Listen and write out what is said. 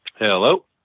Hello